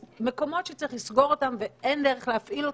מקומות שצריך לסגור אותם ואין דרך להפעיל אותם,